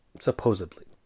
Supposedly